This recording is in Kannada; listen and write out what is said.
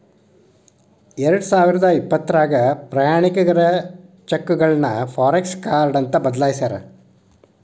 ಎರಡಸಾವಿರದ ಇಪ್ಪತ್ರಾಗ ಪ್ರಯಾಣಿಕರ ಚೆಕ್ಗಳನ್ನ ಫಾರೆಕ್ಸ ಕಾರ್ಡ್ ಅಂತ ಬದಲಾಯ್ಸ್ಯಾರ